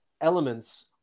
Elements